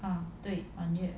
满月